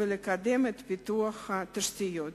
ולקדם את פיתוח התשתיות.